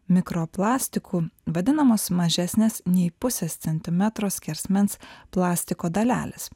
mikroplastiku vadinamos mažesnės nei pusės centimetro skersmens plastiko dalelės